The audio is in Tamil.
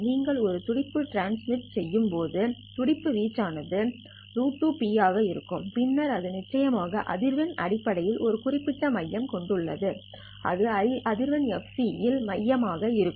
நீங்கள் ஒரு துடிப்பு டிரான்ஸ்மிட் செய்யும்போது துடிப்பு வீச்சு ஆனது ஆக இருக்கும் பின்னர் அது நிச்சயமாக அதிர்வெண் அடிப்படையில் ஒரு குறிப்பிட்ட மையம் கொண்டுள்ளது அது அதிர்வெண் fc இல் மையம் ஆக இருக்கும்